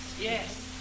Yes